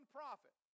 prophet